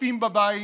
הצופים בבית,